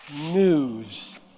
news